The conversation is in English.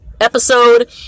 episode